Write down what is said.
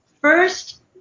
First